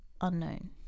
unknown